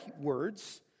words